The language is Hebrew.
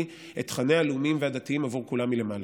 את תכניה הלאומים והדתיים עבור כולם מלמעלה?